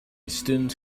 students